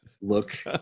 look